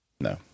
No